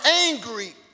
angry